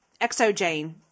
Exojane